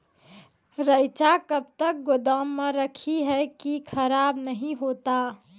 रईचा कब तक गोदाम मे रखी है की खराब नहीं होता?